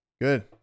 Good